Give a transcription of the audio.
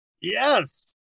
Yes